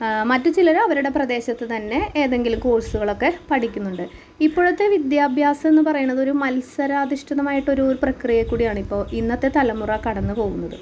മറ്റ് ചിലര് അവരുടെ പ്രദേശത്ത് തന്നെ ഏതെങ്കിലും കോഴ്സുകളൊക്കെ പഠിക്കുന്നുണ്ട് ഇപ്പോഴത്തെ വിദ്യാഭ്യാസം എന്ന് പറയുന്നത് ഒരു മത്സരാധിഷ്ഠിതമായിട്ടൊരു പ്രക്രിയേക്കൂടിയാണിപ്പോൾ ഇന്നത്തെ തലമുറ കടന്ന് പോകുന്നത്